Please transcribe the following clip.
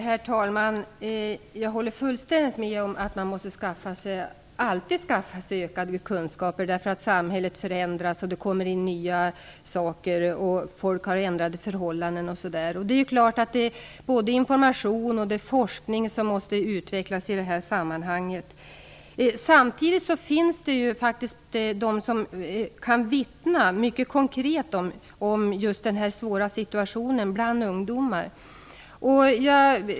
Herr talman! Jag håller fullständigt med om att man alltid måste skaffa sig ökade kunskaper. Samhället förändras, det kommer in nya saker och människor får ändrade förhållanden. Både information och forskning måste utvecklas i detta sammanhang. Samtidigt finns det de som kan vittna mycket konkret om just denna svåra situation bland ungdomar.